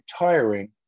retiring